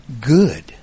good